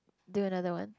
do another one